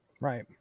right